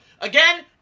again